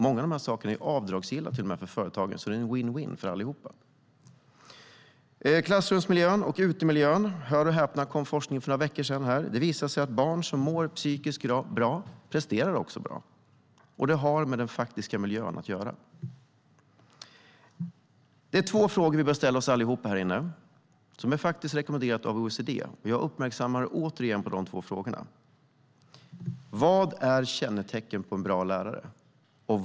Mycket av det är till och med avdragsgillt för företagen, så det är en vinn-vinnsituation för allihop. När det gäller klassrumsmiljön och utemiljön kom det - hör och häpna - forskning för några veckor sedan. Det visar sig att barn som mår psykiskt bra också presterar bra. Det har med den faktiska miljön att göra. Det är två frågor som vi bör ställa oss allihop här inne. Det är faktiskt rekommenderat av OECD. Jag uppmärksammar er återigen på de två frågorna. Vad är kännetecknet på en bra lärare?